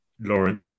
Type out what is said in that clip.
Lawrence